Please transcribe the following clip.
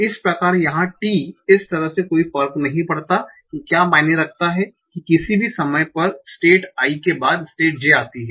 इस प्रकार यहां t इस तरह से कोई फर्क नहीं पड़ता कि क्या मायने रखता है कि किसी भी समय पर स्टेट i के बाद स्टेट j आती हैं